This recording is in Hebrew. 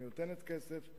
היא נותנת כסף,